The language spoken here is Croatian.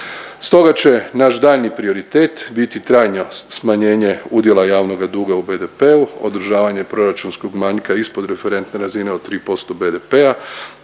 Stoga će naš daljnji prioritet biti trajno smanjenje udjela javnoga duga u BDP-u, održavanje proračunskog manjka ispod referentne razine od 3% BDP-a,